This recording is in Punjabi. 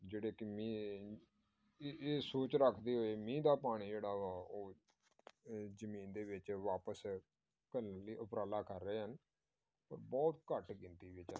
ਜਿਹੜੇ ਕਿ ਮੀ ਇ ਇਹ ਇਹ ਸੋਚ ਰੱਖਦੇ ਹੋਏ ਮੀਂਹ ਦਾ ਪਾਣੀ ਜਿਹੜਾ ਵਾ ਉਹ ਅ ਜਮੀਨ ਦੇ ਵਿੱਚ ਵਾਪਸ ਘ ਲਈ ਉਪਰਾਲਾ ਕਰ ਰਹੇ ਹਨ ਪਰ ਬਹੁਤ ਘੱਟ ਗਿਣਤੀ ਵਿੱਚ